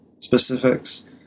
specifics